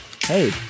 Hey